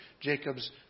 Jacob's